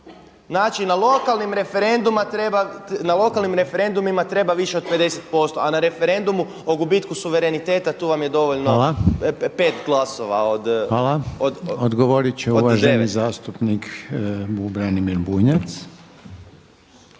Znači na lokalnim referendumima treba više od 50% a na referendumu o gubitku suvereniteta tu vam je dovoljno 5 glasova od 0. **Reiner, Željko (HDZ)** Hvala. Odgovorit će uvaženi zastupnik Branimir Bunjac.